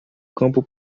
campo